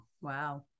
Wow